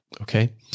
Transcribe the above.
Okay